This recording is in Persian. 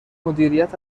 مدیریت